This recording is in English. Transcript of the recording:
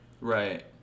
Right